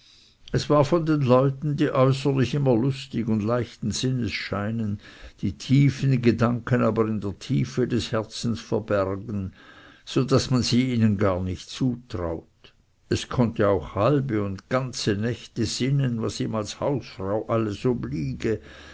es war von den leuten die äußerlich immer lustig und leichten sinnes scheinen die tiefen gedanken aber in der tiefe des herzens verbergen so daß man sie ihnen gar nicht zutraut es konnte auch halbe und ganze nächte sinnen was ihm als hausfrau alles obliege